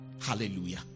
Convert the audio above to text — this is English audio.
Hallelujah